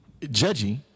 judgy